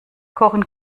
kochen